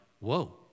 whoa